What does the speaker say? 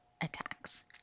attacks